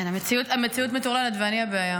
המציאות מטורללת, ואני הבעיה.